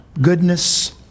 goodness